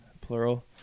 plural